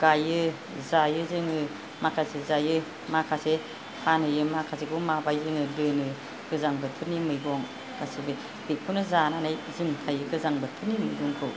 गाइयो जायो जोङो माखासे जायो माखासे फानहैयो माखासेखौ माबायो जोङो दोनो गोजां बोथोरनि मैगं गासिबो बेखौनो जानानै जों थायो गोजां बोथोरनि मैगंखौ